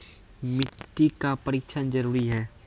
मिट्टी का परिक्षण जरुरी है?